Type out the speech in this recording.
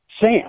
SAM